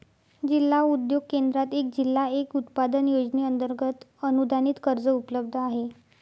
जिल्हा उद्योग केंद्रात एक जिल्हा एक उत्पादन योजनेअंतर्गत अनुदानित कर्ज उपलब्ध आहे